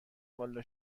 والا